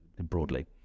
broadly